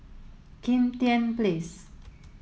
Kim Tian Place